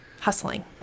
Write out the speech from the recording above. hustling